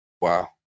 Wow